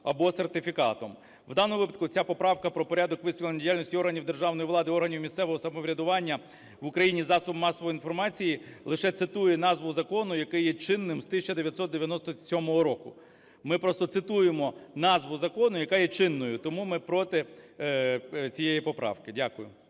або сертифікатом. В даному випадку ця поправка про порядок висвітлення діяльності органів державної влади і органів місцевого самоврядування в Україні засобами масової інформації лише цитує назву закону, який є чинним з 1997 року. Ми просто цитуємо назву закону, яка є чинною. Тому ми проти цієї поправки. Дякую.